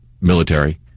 military